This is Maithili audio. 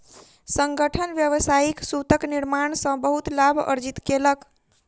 संगठन व्यावसायिक सूतक निर्माण सॅ बहुत लाभ अर्जित केलक